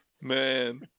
man